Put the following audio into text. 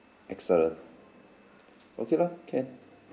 excellent okay lah can